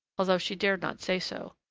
although she dared not say so.